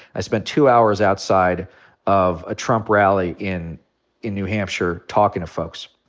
i spent two hours outside of a trump rally in in new hampshire talking to folks,